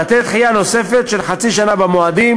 לתת דחייה נוספת של חצי שנה במועדים.